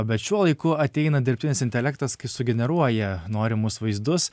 bet šiuo laiku ateina dirbtinis intelektas kai sugeneruoja norimus vaizdus